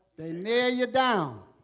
they nail you down